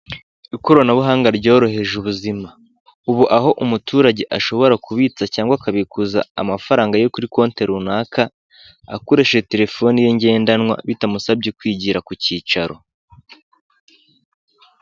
Ikoranabuhanga ryoroheje ubuzima ubu aho umuturage ashobora kubitsa cyangwa akabikuza amafaranga ye kuri konte runaka akoresheje terefone ye ngendanwa bitamusabye kwigira ku kicaro.